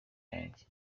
yanjye